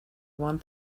one